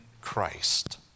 Christ